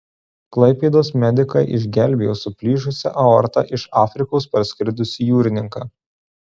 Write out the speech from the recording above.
klaipėdos medikai išgelbėjo su plyšusia aorta iš afrikos parskridusį jūrininką